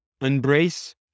embrace